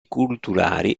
culturali